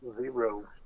Zero